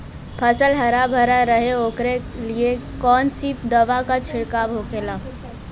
फसल हरा भरा रहे वोकरे लिए कौन सी दवा का छिड़काव होखेला?